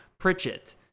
Pritchett